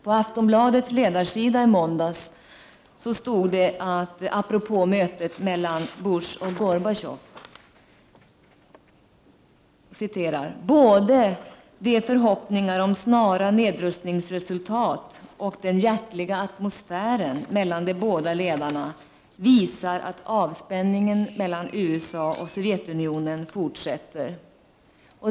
På Aftonbladets ledarsida förra måndagen stod det apropå mötet mellan Bush och Gorbatjov: ”Både de förhoppningar om snara nedrustningsresultat och den hjärtliga atmosfären mellan de båda ledarna visar att avspänningen mellan USA och Sovjetunionen fortsätter.